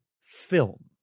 film